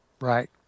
Right